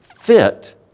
fit